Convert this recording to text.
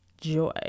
joy